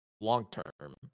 long-term